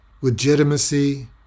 legitimacy